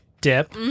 dip